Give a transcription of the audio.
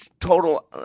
total